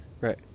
Right